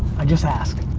i just ask.